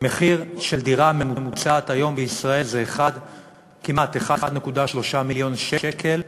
המחיר של דירה ממוצעת בישראל היום הוא כמעט 1.3 מיליון שקל,